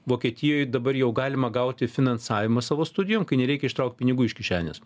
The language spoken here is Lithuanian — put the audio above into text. vokietijoj dabar jau galima gauti finansavimą savo studijom kai nereikia ištraukti pinigų iš kišenės